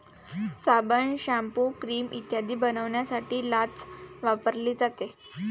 साबण, shampoo, cream इत्यादी बनवण्यासाठी लाच वापरली जाते